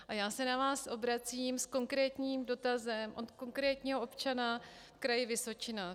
A já se na vás obracím s konkrétním dotazem od konkrétního občana kraje Vysočina.